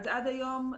עד היום,